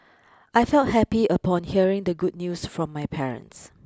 I felt happy upon hearing the good news from my parents